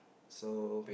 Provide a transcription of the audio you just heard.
so